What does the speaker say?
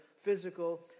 physical